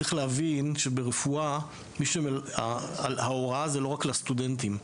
צריך להבין שברפואה ההוראה זה לא רק לסטודנטים,